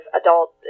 adult